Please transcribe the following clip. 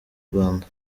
rwanda